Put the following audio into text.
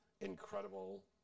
incredible